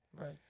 Right